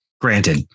Granted